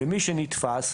ומי שנתפס,